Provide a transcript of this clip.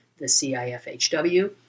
thecifhw